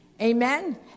amen